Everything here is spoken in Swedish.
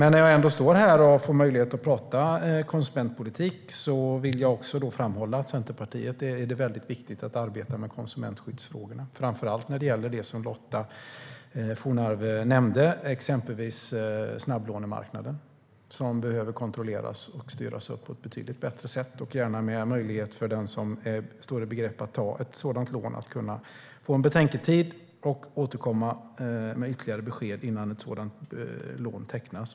När jag ändå står här och får möjlighet att prata konsumentpolitik vill jag framhålla att det för Centerpartiet är viktigt att arbeta med konsumentskyddsfrågorna, framför allt när det gäller det som Lotta Johnsson Fornarve nämnde, exempelvis snabblånemarknaden. Den behöver kontrolleras och styras upp på ett betydligt bättre sätt, och gärna med möjlighet för den som står i begrepp att ta ett sådant lån att få betänketid och återkomma med ytterligare besked innan lånet tecknas.